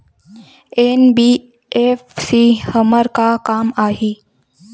NBFC हमर का काम आही?